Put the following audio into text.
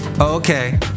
Okay